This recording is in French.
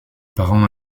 parents